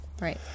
right